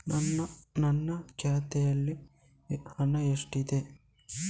ನನ್ನ ಖಾತೆಯಲ್ಲಿ ಹಣ ಎಷ್ಟಿದೆ?